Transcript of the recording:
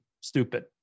stupid